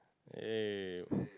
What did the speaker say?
aye